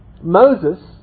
Moses